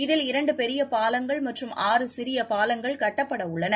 இதில் இரண்டுபெரியபாலங்கள் மற்றும் ஆறு சிறியபாலங்கள் கட்டப்படவுள்ளன